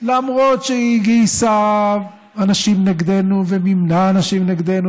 למרות שהיא גייסה אנשים נגדנו ומימנה אנשים נגדנו